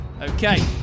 Okay